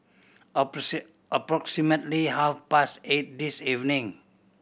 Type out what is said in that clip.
approximately half past eight this evening